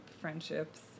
friendships